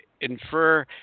infer